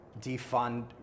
defund